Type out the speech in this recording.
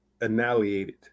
annihilated